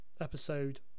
episode